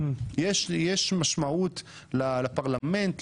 יש משמעות לפרלמנט,